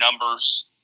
numbers